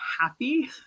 happy